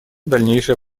дальнейшая